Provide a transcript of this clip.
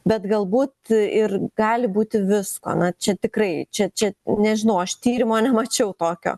bet galbūt ir gali būti visko na čia tikrai čia čia nežinau aš tyrimo nemačiau tokio